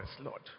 Lord